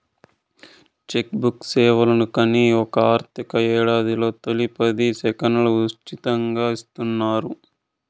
check book సేవలకని ఒక ఆర్థిక యేడాదిలో తొలి పది సెక్కులు ఉసితంగా ఇస్తున్నారు